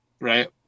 right